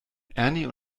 ernie